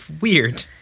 Weird